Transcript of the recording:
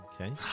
Okay